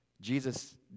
Jesus